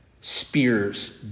spears